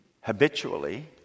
habitually